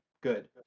Good